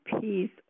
peace